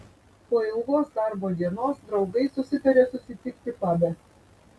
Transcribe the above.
po ilgos darbo dienos draugai susitarė susitikti pabe